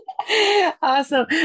awesome